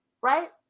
right